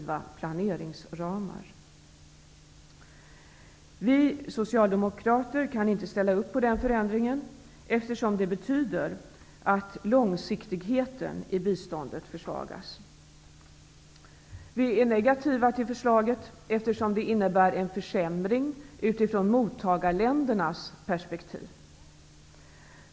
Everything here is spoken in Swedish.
Vi socialdemokrater kan inte ställa upp på den förändringen eftersom det betyder att långsiktigheten i biståndet försvagas. Vi är negativa till förslaget eftersom det innebär en försämring utifrån mottagarländernas perspektiv.